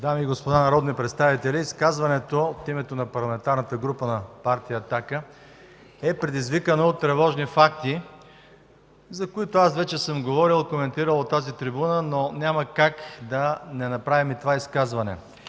Дами и господа народни представители! Изказването от името на Парламентарната група на партия „Атака” е предизвикано от тревожни факти, за които аз вече съм говорил, коментирал от тази трибуна, но няма как да не направим и това изказване.